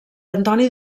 antoni